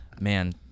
man